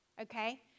okay